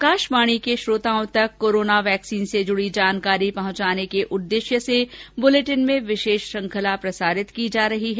आकाशवाणी के श्रोताओं तक कोरोना वैक्सीन से जुडी जानकारी पहंचाने के उददेश्य से बुलेटिन में विशेष श्रृंखला प्रसारित की जा रही है